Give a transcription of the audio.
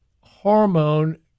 hormone